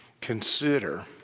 consider